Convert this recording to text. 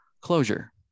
closure